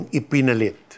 ipinalit